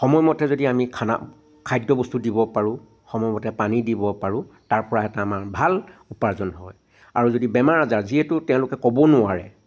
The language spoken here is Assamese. সময়মতে যদি আমি খানা খাদ্যবস্তু দিব পাৰো সময়মতে পানী দিব পাৰো তাৰপৰা এটা আমাৰ ভাল উপাৰ্জন হয় আৰু যদি বেমাৰ আজাৰ যিহেতু তেওঁলোকে ক'ব নোৱাৰে